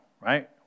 right